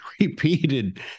repeated